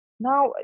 Now